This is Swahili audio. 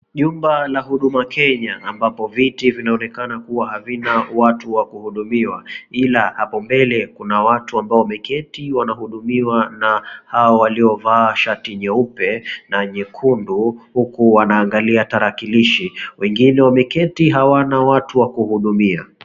Jumba la Huduma Kenya ambapo viti vinaonekana kuwa havina watu wa kuhudumiwa ila hapo mbele kuna watu ambao wameketi wanahudumiwa na hawa waliovaa shati jeupe na nyekundu huku wanaangalia tarakilishi. Wengine wameketi hawana watu wa kuhudumia.